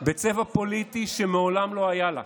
בצבע פוליטי שמעולם לא היה לה.